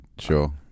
Sure